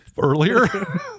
earlier